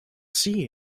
see